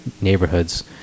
neighborhoods